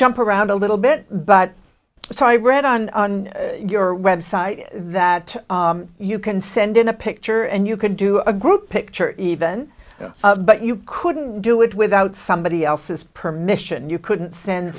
jump around a little bit but so i read on your website that you can send in a picture and you can do a group picture event but you couldn't do it without somebody else's permission you couldn't send